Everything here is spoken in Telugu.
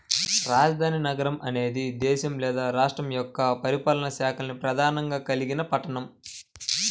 రాజధాని నగరం అనేది దేశం లేదా రాష్ట్రం యొక్క పరిపాలనా శాఖల్ని ప్రధానంగా కలిగిన పట్టణం